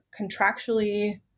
contractually